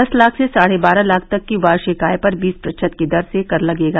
दस लाख से साढ़े बारह लाख तक की वार्षिक आय पर बीस प्रतिशत की दर से कर लगेगा